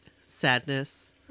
Sadness